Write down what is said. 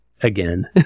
again